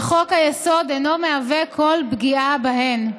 וחוק-היסוד אינו מהווה כל פגיעה בהן.